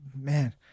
Man